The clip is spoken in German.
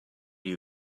die